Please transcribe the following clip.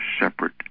separate